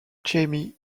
jamie